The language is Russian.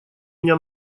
меня